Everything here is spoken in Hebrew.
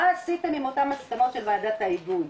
עשיתם עם אותן מסקנות של וועדת ההיגוי?